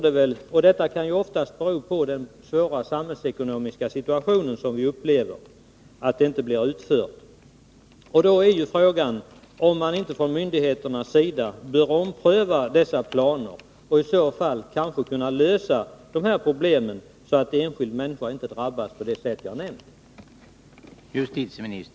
Det beror oftast på den svåra samhällsekonomiska situation som vi upplever att en sådan vägdragning inte blir utförd. Då är frågan om inte myndigheterna bör ompröva planerna och kanske lösa dessa problem, så att inte enskilda människor drabbas på detta sätt.